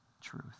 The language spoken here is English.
truth